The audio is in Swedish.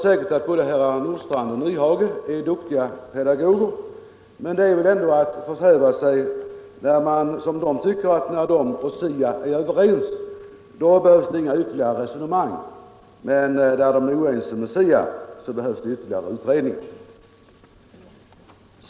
Herrar Nordstrandh och Nyhage är säkerligen duktiga pedagoger, men det är väl ändå att förhäva sig när de tycker att det inte behövs något ytterligare resonemang när de och SIA utredarna är överens. Men när de är oeniga med SIA, då anser de att det behövs ytterligare utredning.